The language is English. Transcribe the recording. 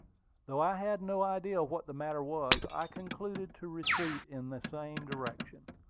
though i had no idea what the matter was, i concluded to retreat in the same direction.